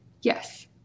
Yes